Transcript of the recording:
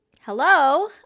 hello